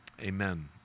Amen